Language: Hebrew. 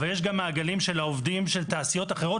אבל יש מעגלים נוספים של תעשיות אחרות